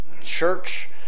church